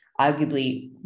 arguably